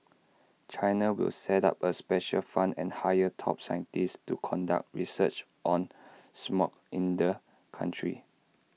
China will set up A special fund and hire top scientists to conduct research on smog in the country